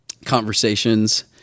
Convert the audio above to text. Conversations